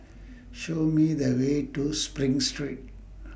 Show Me The Way to SPRING Street